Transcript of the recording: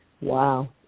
Wow